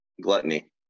gluttony